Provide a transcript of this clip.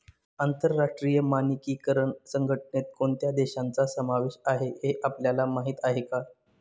आंतरराष्ट्रीय मानकीकरण संघटनेत कोणत्या देशांचा समावेश आहे हे आपल्याला माहीत आहे का?